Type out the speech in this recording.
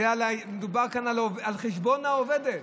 מדובר פה על חשבון העובדת,